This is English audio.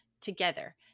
together